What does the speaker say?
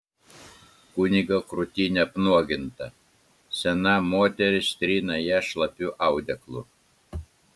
kunigo krūtinė apnuoginta sena moteris trina ją šlapiu audeklu